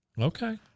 Okay